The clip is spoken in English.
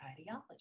ideology